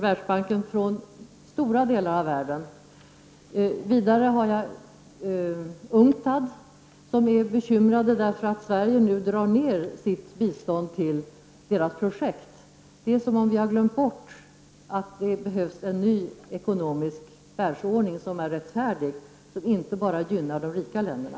Vidare har jag bakom mig UNCTAD, där man nu är bekymrad över att Sverige drar ner sitt bistånd till UNCTADs projekt. Det är som om vi har glömt bort att det behövs en ny ekonomisk världsordning, som är rättfärdig och som inte gynnar bara de rika länderna.